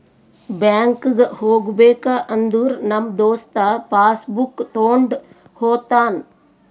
ಬ್ಯಾಂಕ್ಗ್ ಹೋಗ್ಬೇಕ ಅಂದುರ್ ನಮ್ ದೋಸ್ತ ಪಾಸ್ ಬುಕ್ ತೊಂಡ್ ಹೋತಾನ್